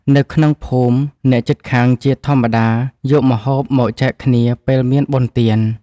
នៅក្នុងភូមិ អ្នកជិតខាងជាធម្មតាយកម្ហូបមកចែកគ្នាពេលមានបុណ្យទាន។